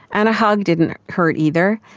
and a hug didn't hurt either,